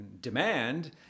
demand